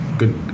good